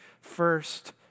first